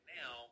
now